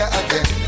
again